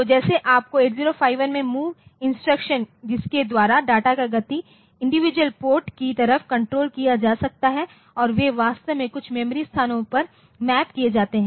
तो जैसे आप 8051 में mov इंस्ट्रक्शन जिसके द्वारा डाटा का गति इंडिविजुअलपोर्ट की तरफ कंट्रोल किया जा सकता है और वे वास्तव में कुछ मेमोरी स्थानों पर मैप किए जाते हैं